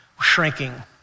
Shrinking